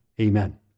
Amen